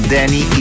Danny